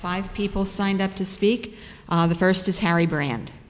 five people signed up to speak on the first is harry brand